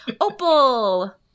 Opal